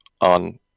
on